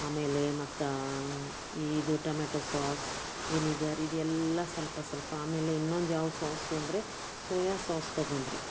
ಆಮೇಲೆ ಮತ್ತು ಇದು ಟೊಮೆಟೋ ಸಾಸ್ ವಿನೆಗರ್ ಇದೆಲ್ಲ ಸ್ವಲ್ಪ ಸ್ವಲ್ಪ ಆಮೇಲೆ ಇನ್ನೊಂದು ಯಾವ ಸಾಸು ಅಂದ್ರೆ ಸೋಯಾ ಸಾಸ್ ತೊಗೊಂಡ್ರಿ